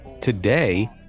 today